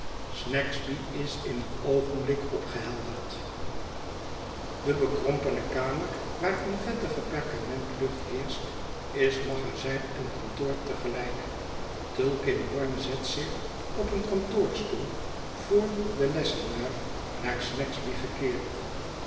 snagsby is in een oogenblik opgehelderd de bekrompene kamer waar eene vettige perkementlucht heerscht is magazijn en kantoor te gelijk tulkinghorn zet zich op een kantoorstoel voor den lessenaar naar snagsby gekeerd